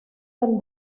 del